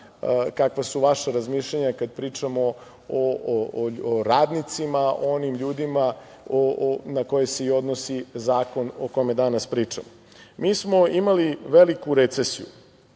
kakva su vaša razmišljanja kada pričamo o radnicima, o onim ljudima na koje se odnosi zakon o kome danas pričamo. Mi smo imali veliku recesiju,